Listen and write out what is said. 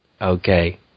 Okay